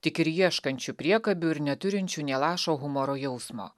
tik ir ieškančių priekabių ir neturinčių nė lašo humoro jausmo